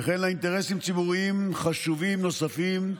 וכן לאינטרסים ציבוריים חשובים נוספים,